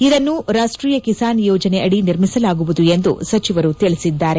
ಇದನ್ನು ರಾಷ್ಷೀಯ ಕಿಸಾನ್ ಯೋಜನೆ ಅಡಿ ನಿರ್ಮಿಸಲಾಗುವುದು ಎಂದು ಸಚಿವರು ತಿಳಿಸಿದ್ದಾರೆ